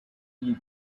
you